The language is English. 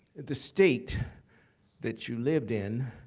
the state that you lived in,